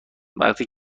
وقتی